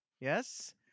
Yes